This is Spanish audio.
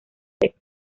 sexo